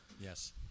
Yes